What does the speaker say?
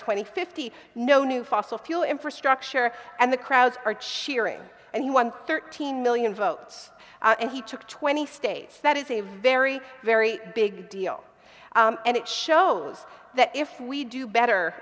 and fifty no new fossil fuel infrastructure and the crowds are cheering and he won thirteen million votes and he took two when he states that is a very very big deal and it shows that if we do better